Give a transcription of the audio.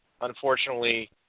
unfortunately